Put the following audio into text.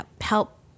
help